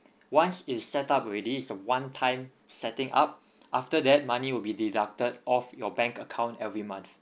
once it's setup already it's a one time setting up after that money would be deducted of your bank account every month